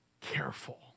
careful